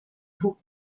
who